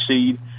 seed